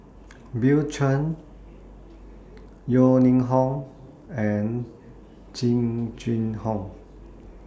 Bill Chen Yeo Ning Hong and Jing Jun Hong